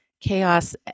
chaos